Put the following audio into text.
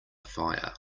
fire